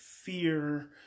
fear